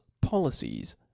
policies